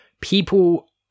people